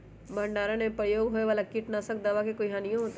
भंडारण में प्रयोग होए वाला किट नाशक दवा से कोई हानियों होतै?